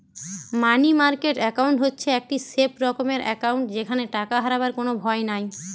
মানি market account হচ্ছে একটি safe রকমের একাউন্ট যেখানে টাকা হারাবার কোনো ভয় নাই